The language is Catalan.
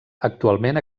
actualment